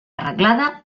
arreglada